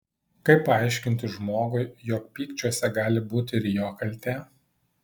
kaip paaiškinti žmogui jog pykčiuose gali būti ir jo kaltė